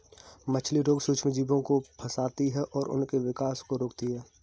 मछली रोग सूक्ष्मजीवों को फंसाती है और उनके विकास को रोकती है